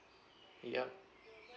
yup